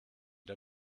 der